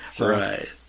right